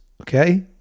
Okay